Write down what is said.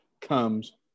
comes